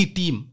team